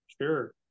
Sure